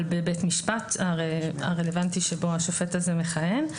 בבית משפט הרלוונטי שבו השופט הזה מכהן.